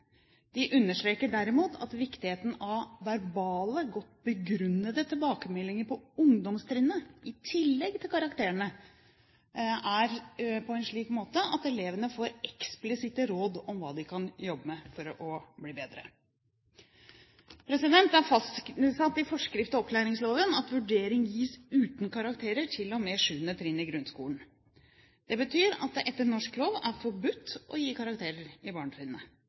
De understreker derimot viktigheten av verbale, godt begrunnede tilbakemeldinger på ungdomstrinnet – i tillegg til karakterene – slik at elevene får eksplisitte råd om hva de kan jobbe med for å bli bedre. Det er fastsatt i forskrift til opplæringsloven at vurdering gis uten karakterer til og med 7. trinn i grunnskolen. Det betyr at det etter norsk lov er forbudt å gi karakterer